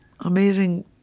amazing